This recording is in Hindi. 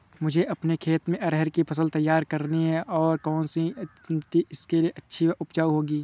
मुझे अपने खेत में अरहर की फसल तैयार करनी है और कौन सी मिट्टी इसके लिए अच्छी व उपजाऊ होगी?